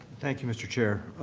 thank you, mr. chair.